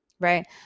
right